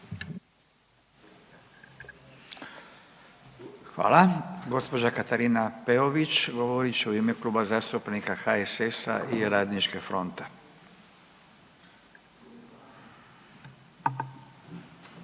Hvala. Gospođa Katarina Peović govorit će u ime Kluba zastupnika HSS-a i Radničke fronte. Izvolite.